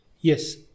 Yes